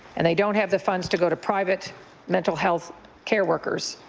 and they don't have the funds to go to private mental health care workers.